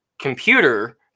computer